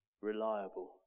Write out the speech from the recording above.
reliable